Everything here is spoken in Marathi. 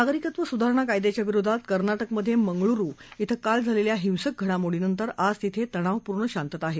नागरिकत्व सुधारणा कायद्याच्या विरोधात कर्नाटकमधे मंगळुरु क्वे काल झालेल्या हिंसक घडामोडीनंतर आज तिथं तणावपूर्ण शांतता आहे